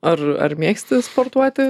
ar ar mėgsti sportuoti